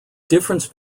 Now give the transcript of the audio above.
difference